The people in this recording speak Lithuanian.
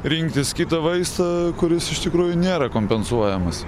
rinktis kitą vaistą kuris iš tikrųjų nėra kompensuojamas